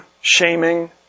shaming